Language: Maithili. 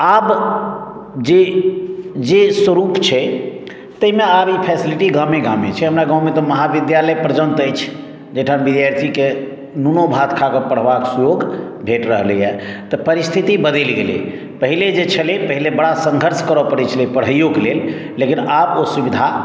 आब जे जे स्वरूप छै ताहिमे ई फेसिलिटीज गामे गामे छै हमरा गाँव मे तऽ महाविद्यालय प्रजंत अछि जाहिठाम विद्यार्थी के नूनो भात खा कऽ पढ़वा के स्रोत भेटि रहलैया तऽ परिस्थिति बदलि गेलै पहिले जे छलै पाहिले बरा संघर्ष करय परै छलै पढ़इयो के लेल लेकिन आब ओ सुविधा